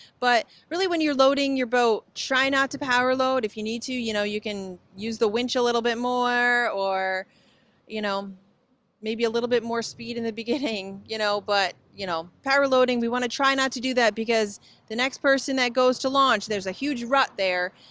but when you're loading your boat, try not to power load. if you need to, you know you can use the winch a little bit more or you know maybe a little bit more speed in the beginning. you know but you know power loading, we want to try not to do that, because the next person that goes to launch, there's a huge rut there,